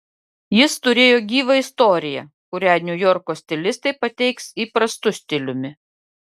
jis turėjo gyvą istoriją kurią niujorko stilistai pateiks įprastu stiliumi